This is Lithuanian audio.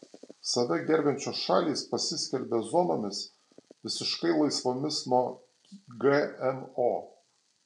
save gerbiančios šalys pasiskelbė zonomis visiškai laisvomis nuo gmo